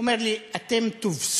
הוא אמר לי: אתם תובסו